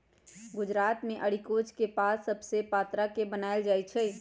गुजरात मे अरिकोच के पात सभसे पत्रा बनाएल जाइ छइ